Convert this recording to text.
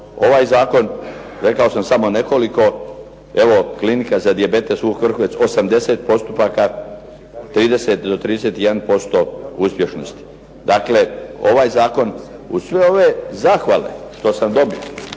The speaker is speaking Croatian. Ovaj zakon, rekao sam samo nekoliko. Evo Klinika za dijabetes "Vuk Vrhovec" 80 postupaka, 30 do 31% uspješnosti. Dakle, ovaj zakon uz sve ove zahvale što sam dobio,